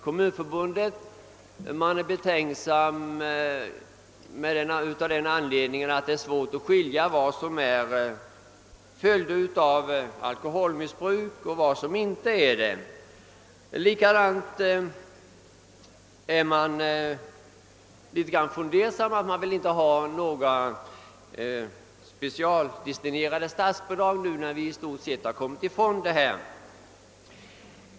Kommunförbundet är betänksamt av den anledningen att det är svårt att skilja mellan vad som är följder av alkoholmissbruk och vad som inte är det. Förbundet vill inte heller ha några specialdestinerade statsbidrag, när man nu i stort sett har kommit ifrån sådana.